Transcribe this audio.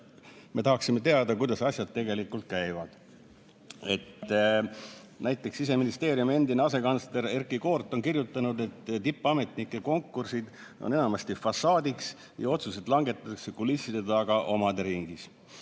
me tahaksime teada, kuidas asjad tegelikult käivad. Näiteks, Siseministeeriumi endine asekantsler Erkki Koort on kirjutanud, et tippametnike konkursid on enamasti fassaad ja otsused langetatakse kulisside taga omade ringis.